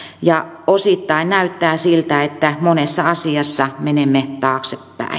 ja osittain näyttää siltä että monessa asiassa menemme taaksepäin